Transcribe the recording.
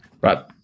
Right